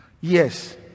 yes